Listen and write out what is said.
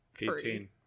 18